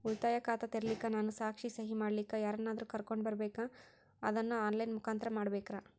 ಉಳಿತಾಯ ಖಾತ ತೆರಿಲಿಕ್ಕಾ ನಾನು ಸಾಕ್ಷಿ, ಸಹಿ ಮಾಡಲಿಕ್ಕ ಯಾರನ್ನಾದರೂ ಕರೋಕೊಂಡ್ ಬರಬೇಕಾ ಅದನ್ನು ಆನ್ ಲೈನ್ ಮುಖಾಂತ್ರ ಮಾಡಬೇಕ್ರಾ?